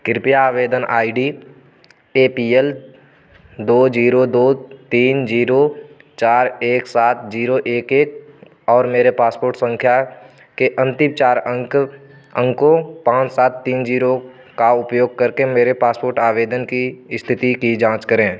कृपया आवेदन I D A P L दो ज़ीरो दो तीन ज़ीरो चार एक सात ज़ीरो एक एक और मेरे पासपोर्ट सँख्या के अन्तिम चार अंक अंकों पाँच सात तीन ज़ीरो का उपयोग करके मेरे पासपोर्ट आवेदन की इस्थिति की जाँच करें